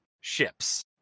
ships